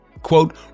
Quote